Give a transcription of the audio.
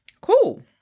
cool